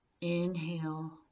Inhale